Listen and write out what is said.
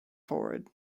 forward